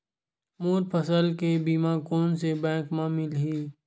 मोर फसल के बीमा कोन से बैंक म मिलही?